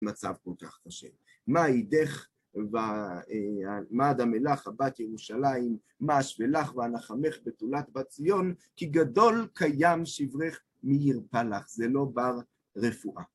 מצב כל כך קשה. מה עידך ומעד המלאך, הבת ירושלים, מה השבילך והנחמך בתולת בת ציון, כי גדול קיים שברך מאיר פלאך. זה לא בר רפואה.